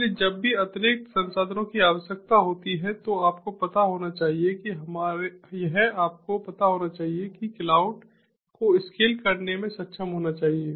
इसलिए जब भी अतिरिक्त संसाधनों की आवश्यकता होती है तो आपको पता होना चाहिए कि यह आपको पता होना चाहिए कि क्लाउड को स्केल करने में सक्षम होना चाहिए